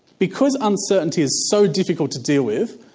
because uncertainty is so difficult to deal with,